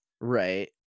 Right